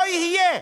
לא יהיה.